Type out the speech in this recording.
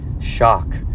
shock